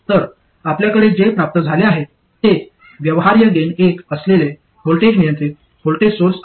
तर आपल्याकडे जे प्राप्त झाले आहे ते व्यवहार्य गेन 1 असलेले व्होल्टेज नियंत्रित व्होल्टेज सोर्स आहे